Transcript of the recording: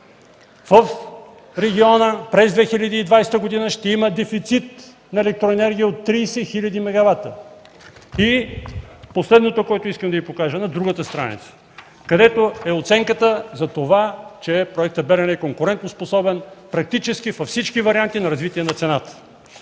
„В региона през 2020 г. ще има дефицит на електроенергия от 30 хил. мегавата”. И последното, което искам да Ви покажа, е на другата страница, където е оценката, че Проектът „Белене” е конкурентоспособен, практически във всички варианти на развитие на цената.